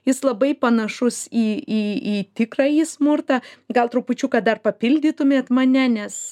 jis labai panašus į į į tikrąjį smurtą gal trupučiuką dar papildytumėt mane nes